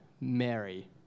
Mary